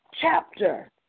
chapter